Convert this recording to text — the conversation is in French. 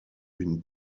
une